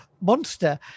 monster